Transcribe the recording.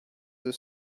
deux